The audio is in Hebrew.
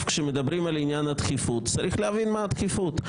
כשמדברים על דחיפות צריך להבין מה הדחיפות.